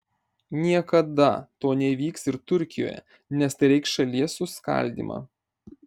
niekada to neįvyks ir turkijoje nes tai reikš šalies suskaldymą